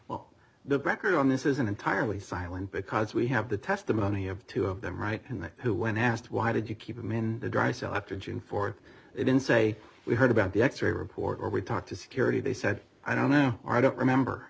well the record on this isn't entirely silent because we have the testimony of two of them right and who when asked why did you keep them in the dry cell after june fourth it in say we heard about the extra reporter we talked to security they said i don't know i don't remember